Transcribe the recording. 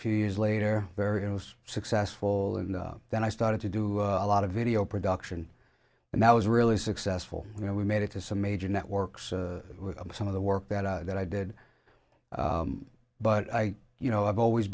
few years later very successful and then i started to do a lot of video production and that was really successful you know we made it to some major networks with some of the work that that i did but i you know i've always